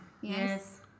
yes